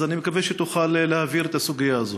אז אני מקווה שתוכל להבהיר את הסוגיה הזאת.